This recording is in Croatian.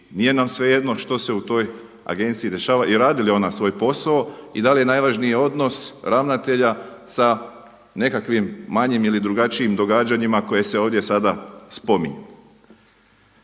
nije nam svejedno što se u toj agenciji dešava i radi li ona svoj posao i da li je najvažniji odnos ravnatelja sa nekakvim manjim ili drugačijim događanjima koja se ovdje sada spominju.